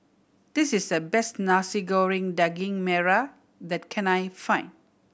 this is the best Nasi Goreng Daging Merah that can I find